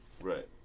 Right